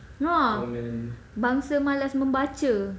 ah bangsa malas membaca